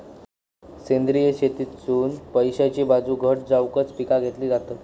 सेंद्रिय शेतीतसुन पैशाची बाजू घट जावकच पिका घेतली जातत